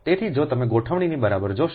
તેથી જો તમે ગોઠવણીને બરાબર જોશો